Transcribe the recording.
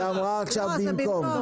היא אמרה עכשיו "במקום".